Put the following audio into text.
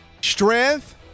strength